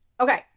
Okay